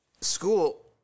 school